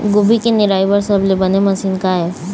गोभी के निराई बर सबले बने मशीन का ये?